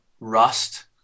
rust